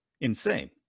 insane